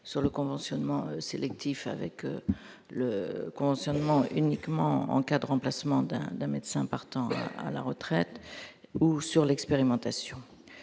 sur le conventionnement sélectif avec le conventionnement uniquement en cas de remplacement d'un d'un médecin partant à la retraite ou sur l'expérimentation